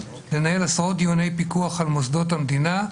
לנהל עשרות דיוני פיקוח על מוסדות המדינה.